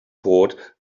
poured